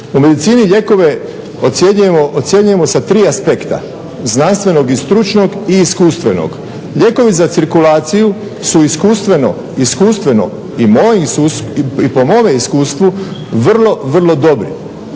U medicini lijekove ocjenjujemo sa tri aspekta. Znanstvenog i stručnog i iskustvenog. Lijekovi za cirkulaciju su iskustveno i po mom iskustvu vrlo, vrlo dobri.